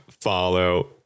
follow